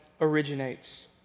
originates